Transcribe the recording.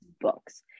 books